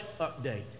update